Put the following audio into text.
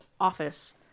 office